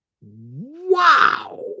Wow